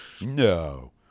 No